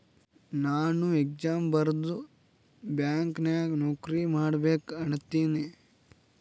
ನಾನು ಎಕ್ಸಾಮ್ ಬರ್ದು ಬ್ಯಾಂಕ್ ನಾಗ್ ನೌಕರಿ ಮಾಡ್ಬೇಕ ಅನ್ಲತಿನ